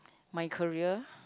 my career